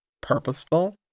purposeful